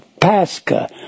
Pascha